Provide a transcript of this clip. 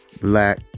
black